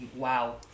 Wow